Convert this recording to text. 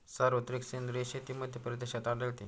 सर्वाधिक सेंद्रिय शेती मध्यप्रदेशात आढळते